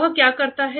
वह क्या करता है